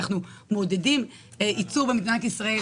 אנחנו מעודדים ייצור במדינת ישראל,